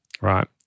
right